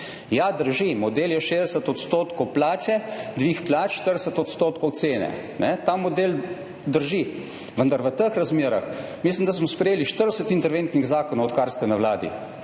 Ja, drži, model je 60 % plače, dvig plač 40 % cene. Ta model drži, vendar v teh razmerah, mislim, da smo sprejeli 40 interventnih zakonov, odkar ste na Vladi,